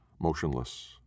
motionless